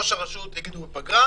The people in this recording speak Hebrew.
ראש הרשות יגידו שהוא בפגרה,